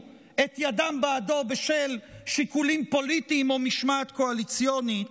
את ידם בעדו בשל שיקולים פוליטיים או משמעת קואליציונית,